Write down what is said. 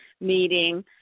meeting